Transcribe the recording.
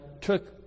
took